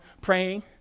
praying